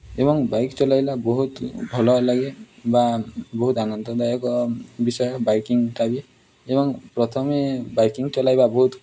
ଏବଂ ବାଇକ୍ ଚଲାଇଲା ବହୁତ ଭଲ ଲାଗେ ବା ବହୁତ ଆନନ୍ଦଦାୟକ ବିଷୟ ବାଇକିଂଟା ବି ଏବଂ ପ୍ରଥମେ ବାଇକିଂ ଚଲାଇବା ବହୁତ